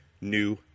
new